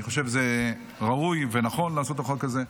אני חושב שראוי ונכון לעשות את החוק הזה.